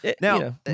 now